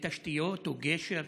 תשתיות או גשר.